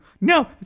No